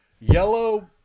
yellow